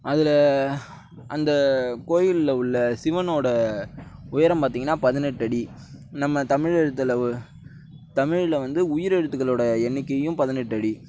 அதில் அந்த கோயிலில் உள்ள சிவனோட உயரம் பார்த்தீங்கன்னா பதினெட்டு அடி நம்ம தமிழ் எழுத்தில் தமிழில் வந்து உயிரெழுத்துக்களோட எண்ணிக்கையும் பதினெட்டு அடி